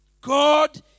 God